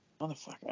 Motherfucker